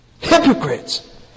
Hypocrites